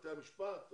בתי המשפט?